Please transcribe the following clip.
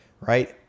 Right